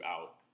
out